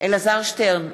אלעזר שטרן,